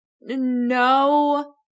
no